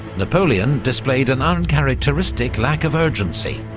napoleon displayed an uncharacteristic lack of urgency,